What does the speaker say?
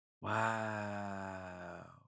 Wow